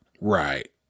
Right